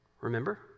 Remember